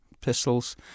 Pistols